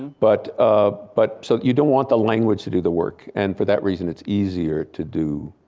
but ah but so you don't want the language to do the work and for that reason it's easier to do,